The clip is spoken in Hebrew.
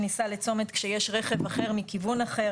כניסה לצומת כשיש רכב אחר מכיוון אחר,